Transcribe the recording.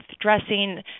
dressing